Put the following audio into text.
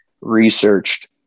researched